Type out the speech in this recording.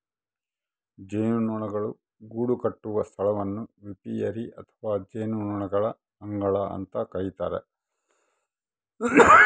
ಜೇನುನೊಣಗಳು ಗೂಡುಕಟ್ಟುವ ಸ್ಥಳವನ್ನು ಏಪಿಯರಿ ಅಥವಾ ಜೇನುನೊಣಗಳ ಅಂಗಳ ಅಂತ ಕರಿತಾರ